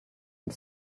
and